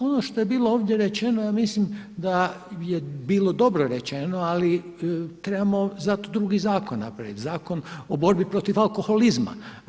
Ono što je bilo ovdje rečeno ja mislim da je bilo dobro rečeno, ali trebamo zato drugi zakon napraviti Zakon o borbi protiv alkoholizma.